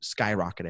skyrocketed